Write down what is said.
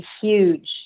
huge